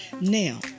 Now